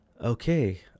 okay